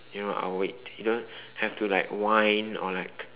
you know I will wait you don't have to like whine or like